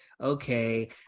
Okay